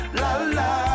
la-la